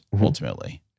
ultimately